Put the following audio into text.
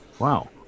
Wow